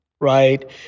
right